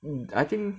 mm I think